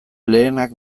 lehenak